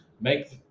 make